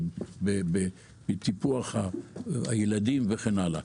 בטיפוח הילדים וכן האלה.